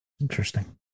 interesting